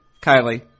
Kylie